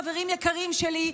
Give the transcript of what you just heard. חברים יקרים שלי,